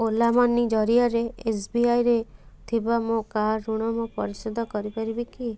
Ola money ଜରିଆରେ S B ଆଇରେ ଥିବା ମୋ କାର୍ ଋଣ ମୁଁ ପରିଶୋଧ କରିପାରିବି କି